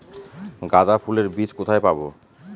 গাঁদা ফুলের বীজ কোথায় পাবো?